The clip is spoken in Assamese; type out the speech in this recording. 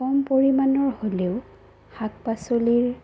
কম পৰিমাণৰ হ'লেও শাক পাচলিৰ